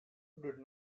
did